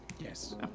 Yes